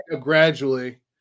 gradually